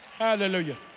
hallelujah